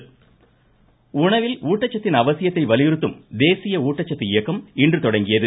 தேசிய ஊட்டச்சத்து உணவில் ஊட்டச்சத்தின் அவசியத்தை வலியுறுத்தும் தேசிய ஊட்டச்சத்து இயக்கம் இன்று தொடங்கியது